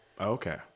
Okay